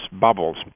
bubbles